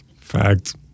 fact